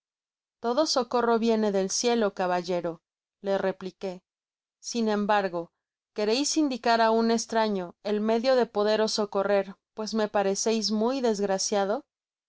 todo socorro viene del cielo caballero le repliqué sin embargo quereis indicar á un estraño el medio de poderos socorrer pues me pareceis muy desgraciado